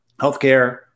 healthcare